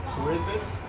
who is this?